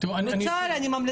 גם אם המוטיבציה היא נמוכה